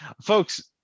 folks